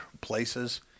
places